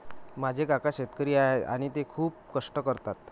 माझे काका शेतकरी आहेत आणि ते खूप कष्ट करतात